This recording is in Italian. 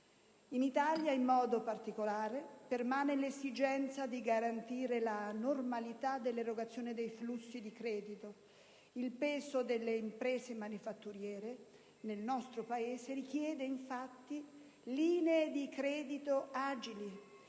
In Italia, in modo particolare, permane l'esigenza di garantire la normalità dell'erogazione dei flussi di credito. Il peso delle imprese manifatturiere nel nostro Paese richiede, infatti, linee di credito agili